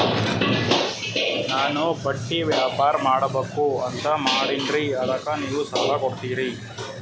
ನಾನು ಬಟ್ಟಿ ವ್ಯಾಪಾರ್ ಮಾಡಬಕು ಅಂತ ಮಾಡಿನ್ರಿ ಅದಕ್ಕ ನೀವು ಸಾಲ ಕೊಡ್ತೀರಿ?